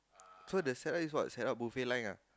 so the setup is what setup buffet line ah